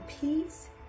peace